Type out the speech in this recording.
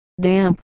damp